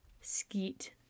Skeet